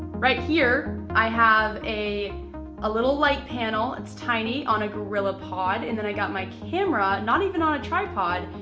right here, i have a a little light panel. it's tiny on a gorillapod and then i got my camera not even on a tripod,